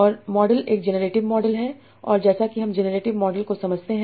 और मॉडल एक generative model है और जैसा कि हम जेनेरेटिव मॉडल को समझते हैं